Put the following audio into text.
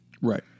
Right